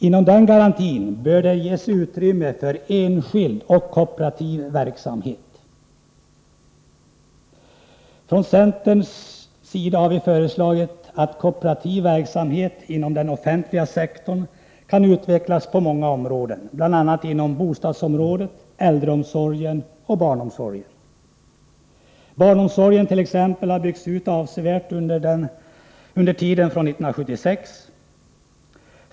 Inom den garantin bör det ges utrymme för enskild och kooperativ verksamhet. Från centerpartiet har vi föreslagit att kooperativ verksamhet inom den offentliga sektorn skall kunna utvecklas på många områden, bl.a. inom bostadsområdet, äldreomsorgen och barnomsorgen. Barnomsorgen t.ex. har byggts ut avsevärt under tiden från 1976.